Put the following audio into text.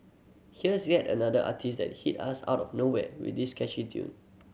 here's yet another artiste that hit us out of nowhere with this catchy tune